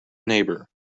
neighbour